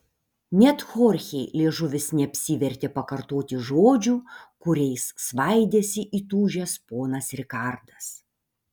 net chorchei liežuvis neapsivertė pakartoti žodžių kuriais svaidėsi įtūžęs ponas rikardas